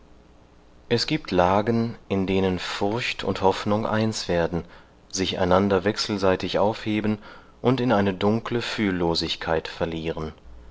es gibt lagen in denen furcht und hoffnung eins werden sich einander wechselseitig aufheben und in eine dunkle fühllosigkeit verlieren